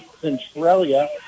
Centralia